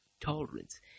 Tolerance